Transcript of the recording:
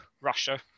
Russia